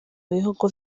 bihugu